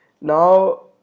Now